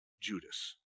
Judas